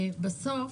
בסוף